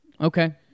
Okay